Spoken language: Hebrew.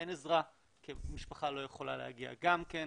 אין עזרה, כי המשפחה לא יכולה להגיע גם כן.